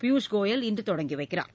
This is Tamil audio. பியூஷ் கோயல் இன்று தொடங்கி வைக்கிறார்